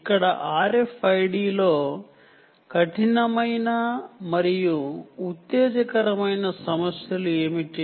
ఇక్కడ RFID లో కఠినమైన మరియు ఉత్తేజకరమైన సమస్యలు ఏమిటి